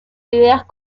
ideas